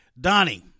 Donnie